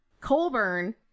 Colburn